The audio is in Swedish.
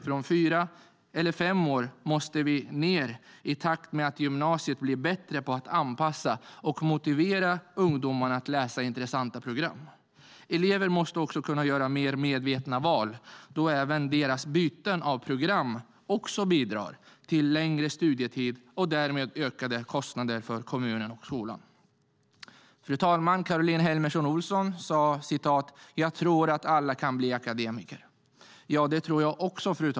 Från fyra eller fem år måste vi ned i takt med att gymnasiet blir bättre på att anpassa och motivera ungdomarna att läsa intressanta program. Eleverna måste också kunna göra mer medvetna val då även deras byten av program bidrar till längre studietid och därmed ökade kostnader för kommunen och skolan. Fru talman! Caroline Helmersson Olsson sade att hon tror att alla kan bli akademiker. Det tror jag också.